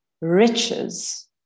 riches